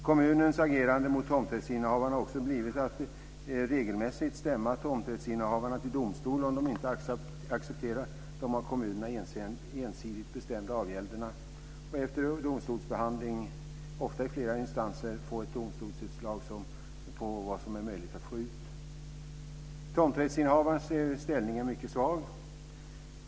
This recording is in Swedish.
Kommunens agerande mot tomträttshavare har också blivit att regelmässig instämma tomträttshavare till domstol om de inte accepterar de av kommunerna ensidigt bestämda avgälderna och efter domstolsbehandling, ofta i flera instanser, få ett domstolsutslag på vad som är möjligt att få ut. Tomträttshavarens ställning är mycket svag.